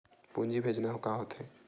पूंजी भेजना का होथे?